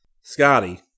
Scotty